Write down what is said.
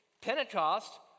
Pentecost